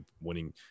winning